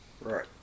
Right